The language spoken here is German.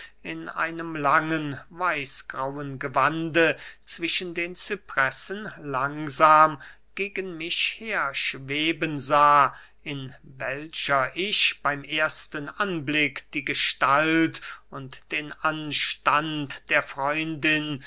in einem langen weißgrauen gewande zwischen den cypressen langsam gegen mich her schweben sah in welcher ich beym ersten anblick die gestalt und den anstand der freundin